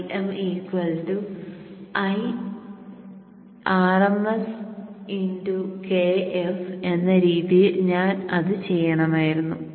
Im IrmsKf എന്ന രീതിയിൽ ഞാൻ അത് ചെയ്യണമായിരുന്നു